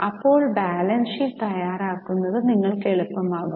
അപ്പോൾ balance sheet തയ്യാറാക്കുന്നത് നിങ്ങൾക്ക് എളുപ്പമാകും